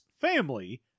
family